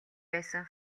байсан